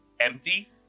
empty